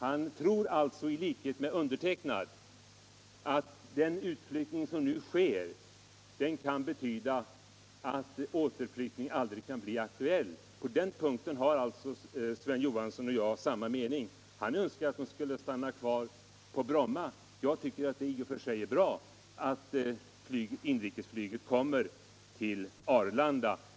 Han tror alltså i likhet med undertecknad att den utflyttning som nu sker kan betyda att en återflyttning aldrig kan bli aktuell. På den punkten har alltså Sven Johansson och jag samma mening. Han önskar att inrikesflyget skall stanna kvar på Bromma, medan jag tycker att det i och för sig är bra att inrikesflyget kommer till Arlanda.